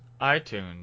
iTunes